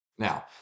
Now